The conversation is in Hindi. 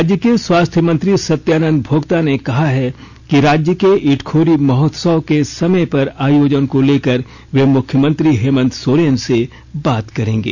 राज्य के स्वास्थ्य मंत्री सत्यानंद भोक्ता ने कहा है कि राज्य के इटखोरी महोत्सव के समय पर आयोजन को लेकर वे मुख्यमंत्री हेमंत सोरेन से बात करेंगे